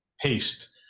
paste